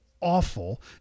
awful